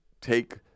take